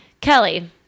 Kelly